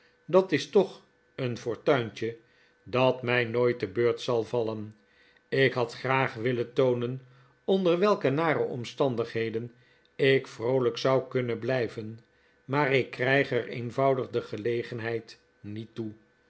dat is toch een fortuintje dat mij nooit te beurt zal vallen ik had graag willen toonen onder welke nare omstandigheden ik yroolijk zou kunnen blijven maar ik krijg er eenvoudig de gelegenheid niet toe